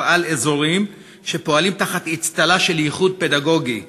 על-אזוריים שפועלים תחת אצטלה של ייחוד פדגוגי.